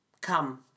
Come